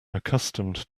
accustomed